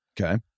Okay